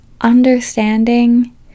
understanding